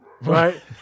Right